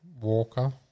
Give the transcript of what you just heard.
Walker